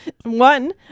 one